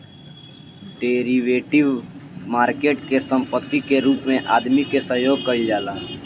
derivative market में संपत्ति के रूप में आदमी के सहयोग कईल जाला